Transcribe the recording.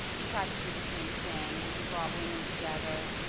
he tried to do the same thing. and he brought women together,